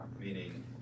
Meaning